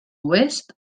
oest